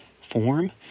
form